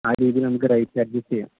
ആ രീതിയിൽ നമുക്ക് റേറ്റ് അഡ്ജസ് ചെയ്യാം